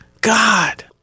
God